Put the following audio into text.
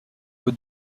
que